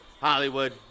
Hollywood